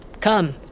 Come